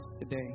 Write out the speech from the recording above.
today